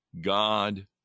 God